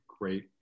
great